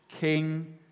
king